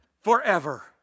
forever